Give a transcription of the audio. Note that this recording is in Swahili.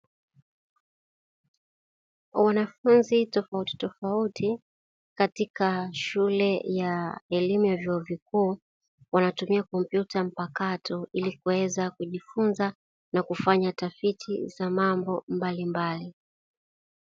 Wanafunzi tofautitofauti, katika shule ya elimu ya vyuo vikuu, wanatumia kompyuta mpakato, ili waweze kujifunza na kufanya tafiti za mambo mbalimbali.